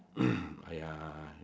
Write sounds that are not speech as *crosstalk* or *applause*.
*coughs* !aiay!